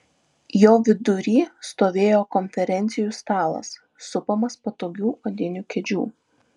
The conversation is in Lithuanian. jo vidury stovėjo konferencijų stalas supamas patogių odinių kėdžių